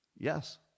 Yes